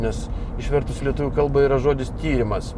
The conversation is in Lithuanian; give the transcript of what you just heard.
nes išvertus į lietuvių kalbą yra žodis tyrimas